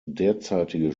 derzeitige